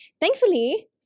thankfully